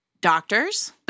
doctors